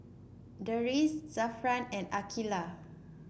Deris Zafran and Aqeelah